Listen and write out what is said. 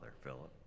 philip